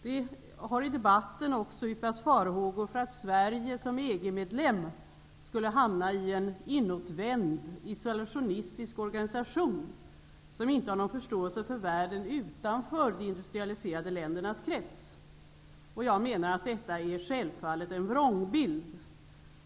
Det har i debatten uttalats farhågor för att Sverige såsom EG-medlem skulle hamna i en inåtvänd isolationistisk organisation, som inte har någon förståelse för världen utanför de industrialiserade ländernas krets. Jag menar att detta självfallet är en vrångbild.